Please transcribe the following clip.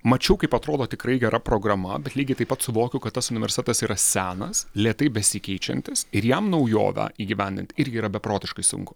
mačiau kaip atrodo tikrai gera programa bet lygiai taip pat suvokiu kad tas universitetas yra senas lėtai besikeičiantis ir jam naujovę įgyvendint irgi yra beprotiškai sunku